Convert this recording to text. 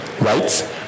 right